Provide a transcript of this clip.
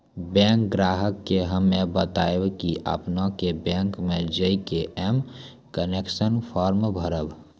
bank ग्राहक के हम्मे बतायब की आपने ने बैंक मे जय के एम कनेक्ट फॉर्म भरबऽ